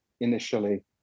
initially